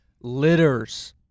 litters